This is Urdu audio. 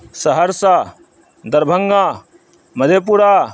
سہرسہ دربھنگہ مدھے پورا